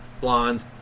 Blonde